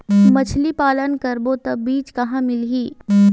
मछरी पालन करबो त बीज कहां मिलही?